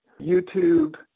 YouTube